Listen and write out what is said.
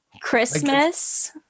Christmas